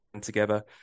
together